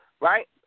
right